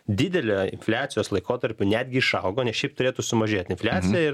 didelio infliacijos laikotarpiu netgi išaugo nes šiaip turėtų sumažėt infliacija ir